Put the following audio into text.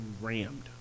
rammed